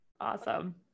Awesome